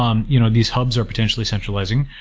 um you know these hubs are potentially centralizing,